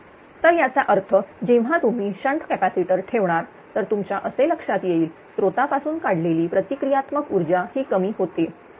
तर याचा अर्थ जेव्हा तुम्ही शंट कॅपॅसिटर ठेवणार तर तुमच्या असे लक्षात येईल स्त्रोतापासून काढलेली प्रतिक्रियात्मक ऊर्जा ही कमी होते